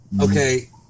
Okay